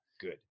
good